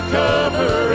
cover